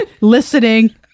listening